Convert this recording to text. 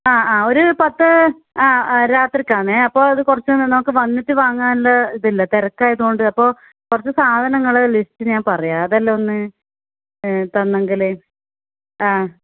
ആ ആ ഒരു പത്ത് ആ ആ രാത്രിക്കാണ് അപ്പോൾ അത് കുറച്ച് നമുക്ക് വന്നിട്ട് വാങ്ങാനുള്ള ഇതില്ല തിരക്കായത് കൊണ്ട് അപ്പോൾ കുറച്ച് സാധനങ്ങളെ ലിസ്റ്റ് ഞാൻ പറയാം അതെല്ലാം ഒന്ന് തന്നെങ്കിൽ ആ